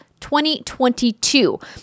2022